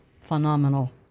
phenomenal